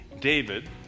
David